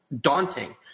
daunting